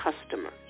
customers